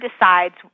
decides